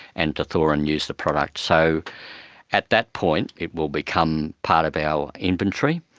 and to thaw and use the product. so at that point it will become part of our inventory.